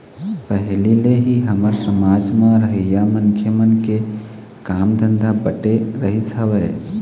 पहिली ले ही हमर समाज म रहइया मनखे मन के काम धंधा बटे रहिस हवय